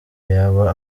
yaba